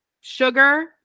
sugar